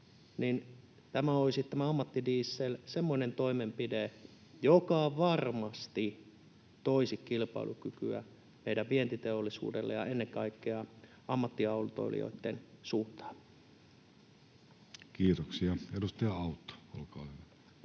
tämä ammattidiesel olisi semmoinen toimenpide, joka varmasti toisi kilpailukykyä meidän vientiteollisuudellemme ja ennen kaikkea ammattiautoilijoitten suuntaan. Kiitoksia. — Edustaja Autto, olkaa hyvä.